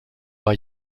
war